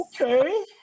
Okay